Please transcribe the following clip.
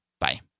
Bye